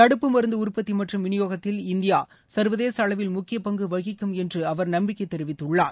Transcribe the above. தடுப்பு மருந்து உற்பத்தி மற்றும் விநியோகத்தில் இந்தியா சா்வதேச அளவில் முக்கிய பங்கு வகிக்கும் என்று அவர் நம்பிக்கை தெரிவித்துள்ளார்